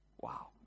Wow